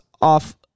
off